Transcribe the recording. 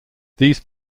these